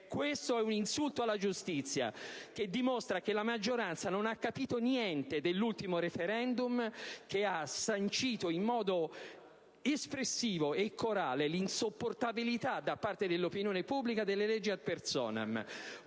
Questo è un insulto alla giustizia, che dimostra che la maggioranza non ha capito niente dell'ultimo *referendum*, che ha sancito, in modo espressivo e corale, l'insopportabilità per l'opinione pubblica delle leggi *ad personam*.